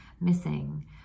missing